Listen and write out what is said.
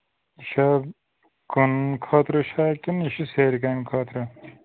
یہِ چھا کٕنہٕ خٲطرٕ چھا کِنہٕ یہِ چھُ سیرِ کامہِ خٲطرٕ